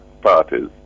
parties